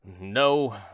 no